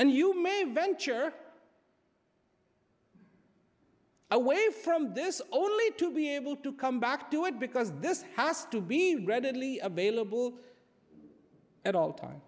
and you may venture away from this only to be able to come back to it because this has to be readily available at all t